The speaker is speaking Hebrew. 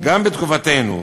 גם בתקופתנו,